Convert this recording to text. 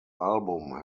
album